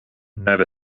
nova